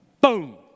Boom